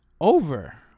over